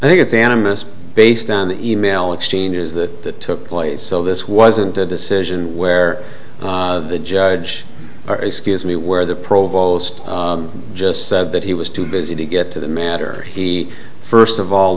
i think it's animist based on the e mail exchange it is that took place so this wasn't a decision where the judge or excuse me where the provost just said that he was too busy to get to the matter he first of all